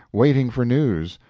waiting for news,